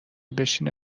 بشینه